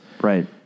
Right